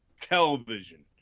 television